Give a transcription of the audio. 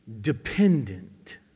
dependent